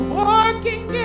working